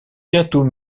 bientôt